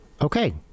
okay